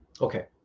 Okay